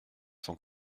sans